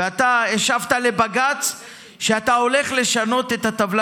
ואתה השבת לבג"ץ שאתה הולך לשנות את הטבלה